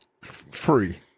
free